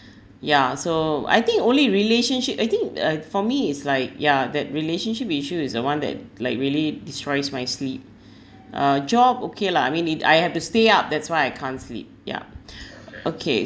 ya so I think only relationship I think uh for me is like ya that relationship issue is the one that like really destroys my sleep uh job okay lah I mean it I have to stay up that's why I can't sleep yup okay